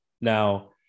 Now